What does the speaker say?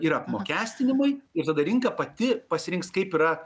ir apmokestinimui ir tada rinka pati pasirinks kaip yra